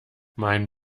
mein